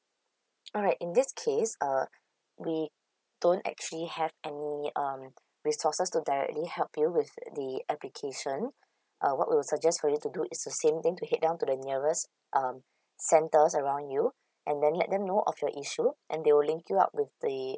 alright in this case uh we don't actually have any um resources to directly help you with the application um what we will suggest for you to do is the same thing to head down to the nearest um centres around you and then let them know of your issue and they will link you up with the